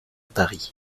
paris